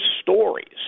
stories